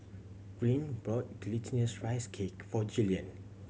Greene bought Glutinous Rice Cake for Gillian